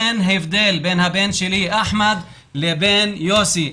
אין הבדל בין הבן שלי, אחמד, לבין יוסי.